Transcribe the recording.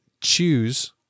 choose